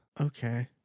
okay